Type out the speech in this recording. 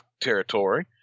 Territory